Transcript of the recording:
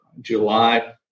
july